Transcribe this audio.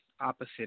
opposite